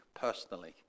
personally